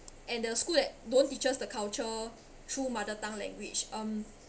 and the school that don't teaches the culture through mother tongue language um